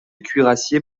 cuirassier